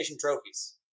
trophies